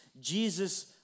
Jesus